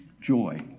Joy